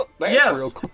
yes